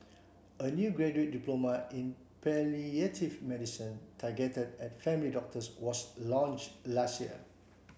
a new graduate diploma in palliative medicine targeted at family doctors was launch last year